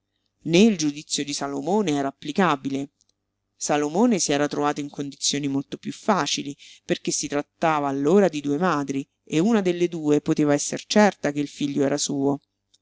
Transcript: né il giudizio di salomone era applicabile salomone si era trovato in condizioni molto piú facili perché si trattava allora di due madri e una delle due poteva esser certa che il figlio era suo